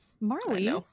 Marley